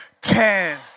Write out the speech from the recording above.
Ten